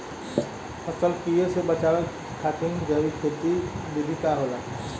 फसल के कियेसे बचाव खातिन जैविक विधि का होखेला?